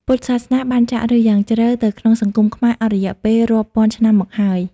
ពុទ្ធសាសនាបានចាក់ឫសយ៉ាងជ្រៅទៅក្នុងសង្គមខ្មែរអស់រយៈពេលរាប់ពាន់ឆ្នាំមកហើយ។